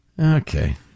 Okay